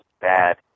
bad